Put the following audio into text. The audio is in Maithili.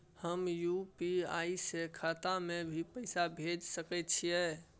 हम यु.पी.आई से खाता में भी पैसा भेज सके छियै?